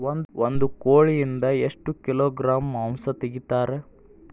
ಒಂದು ಕೋಳಿಯಿಂದ ಎಷ್ಟು ಕಿಲೋಗ್ರಾಂ ಮಾಂಸ ತೆಗಿತಾರ?